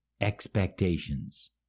expectations